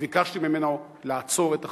וביקשתי ממנו לעצור את החגיגה.